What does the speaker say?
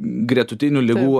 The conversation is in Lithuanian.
gretutinių ligų